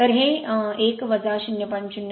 तर हे 1 0